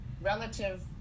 relative